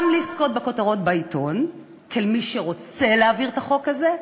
גם לזכות בכותרות בעיתון כמי שרוצה להעביר את החוק הזה,